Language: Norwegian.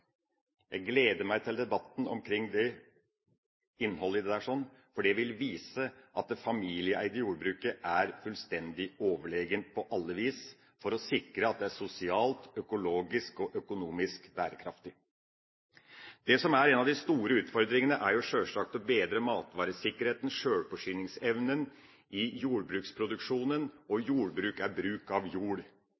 Jeg gleder meg til debatten om innholdet i dette, for den vil vise at det familieeide jordbruket på alle vis er fullstendig overlegent når det gjelder å sikre sosial, økologisk og økonomisk bærekraft. Det som er en av de store utfordringene, er sjølsagt å bedre matvaresikkerheten og sjølforsyningsevnen i jordbruksproduksjonen.